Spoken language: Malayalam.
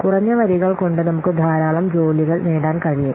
കുറഞ്ഞ വരികൾ കൊണ്ട് നമുക്ക് ധാരാളം ജോലികൾ നേടാൻ കഴിയും